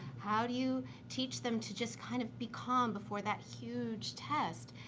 how do you teach them to just kind of be calm before that huge test?